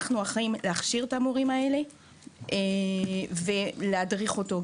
אנחנו אחראים להכשיר את המורים האלה וגם להדריך אותם.